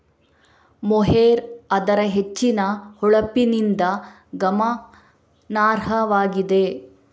mohair ಅದರ ಹೆಚ್ಚಿನ ಹೊಳಪಿನಿಂದ ಗಮನಾರ್ಹವಾಗಿದೆ